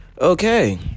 Okay